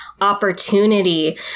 opportunity